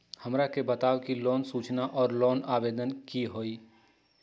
हमरा के बताव कि लोन सूचना और लोन आवेदन की होई?